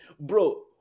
Bro